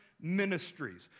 ministries